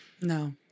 No